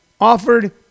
offered